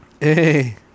Hey